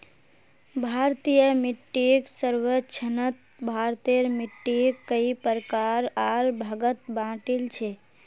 भारतीय मिट्टीक सर्वेक्षणत भारतेर मिट्टिक कई प्रकार आर भागत बांटील छे